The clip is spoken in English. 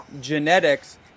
genetics